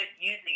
using